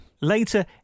Later